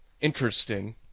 Interesting